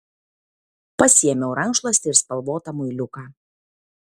pasiėmiau rankšluostį ir spalvotą muiliuką